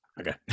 Okay